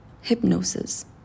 Hypnosis